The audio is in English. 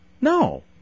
No